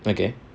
okay